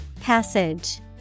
Passage